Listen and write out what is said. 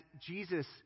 Jesus